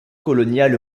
coloniale